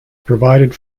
provided